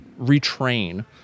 retrain